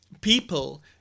people